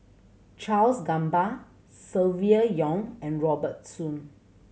Charles Gamba Silvia Yong and Robert Soon